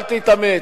אל תתאמץ.